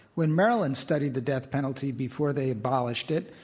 when maryland studied the death penalty before they abolished it,